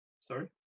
Sorry